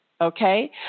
Okay